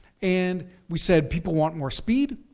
and we said, people want more speed,